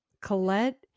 Colette